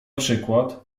przykład